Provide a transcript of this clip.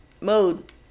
mode